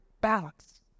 Balance